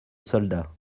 soldats